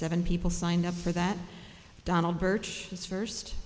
seven people signed up for that donald birch his first